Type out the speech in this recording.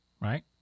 right